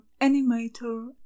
animator